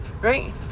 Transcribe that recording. Right